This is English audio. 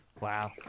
Wow